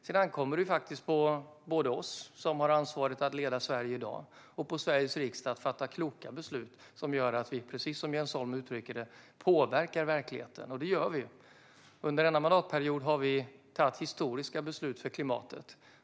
Sedan ankommer det både på oss som har ansvaret att leda Sverige i dag och på Sveriges riksdag att fatta kloka beslut, så att vi, som Jens Holm uttryckte det, påverkar verkligheten. Det gör vi. Under denna mandatperiod har vi tagit historiska beslut för klimatet.